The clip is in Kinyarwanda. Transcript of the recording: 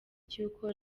cy’uko